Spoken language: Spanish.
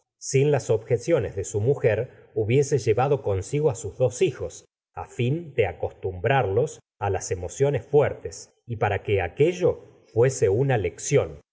sin las objeciones de su mujer hubiese llevado consigo á sus dos hijos á fin de acostúmbrarlos á las emociones fuertes y para que aquello fuese una lección